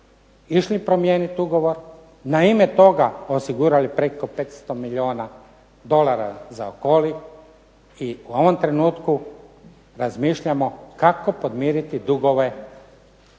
išli promijeniti ugovor, na ime toga osigurali preko 500 milijuna dolara za Okoli i u ovom trenutku razmišljamo kako podmiriti dugove kome?